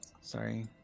Sorry